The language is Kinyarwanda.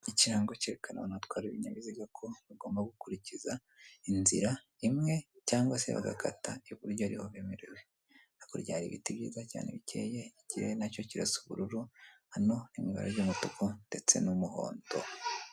Ikirango cyerekana abantu batwara ibinyabiziga ko bagomba gukurikiza inzira imwe, cyangwa se bagakata iburyo ariho bemerewe. Hakurya hari ibiti byiza cyane bikeye, ikirere na cyo kirasa ubururu, hano ni mu ibara ry'umutuku ndetse n'umuhondo.